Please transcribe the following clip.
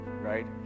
right